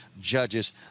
judges